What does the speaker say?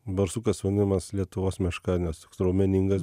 barsukas vadinamas lietuvos meška nes toks raumeningas